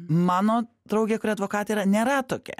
mano draugė kuri advokatė yra nėra tokia